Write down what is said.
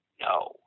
No